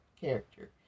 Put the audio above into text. character